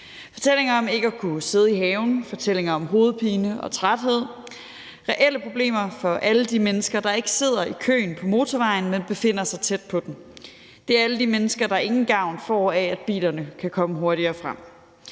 fortællinger om ikke at kunne sidde i haven, fortællinger om hovedpine og træthed, og det er reelle problemer for alle de mennesker, der ikke sidder i køen på motorvejen, men befinder sig tæt på den. Det er alle de mennesker, der ingen gavn får af, at bilerne kan komme hurtigere frem.